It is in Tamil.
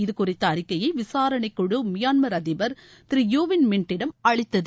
இது குறித்தஅறிக்கையைவிசாரணை குழு மியான்மர் அதிபர் திரு யு வின் மின்ட்டிடம் அளித்தது